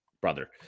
brother